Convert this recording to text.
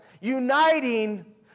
uniting